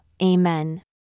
Amen